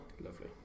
Lovely